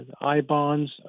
I-bonds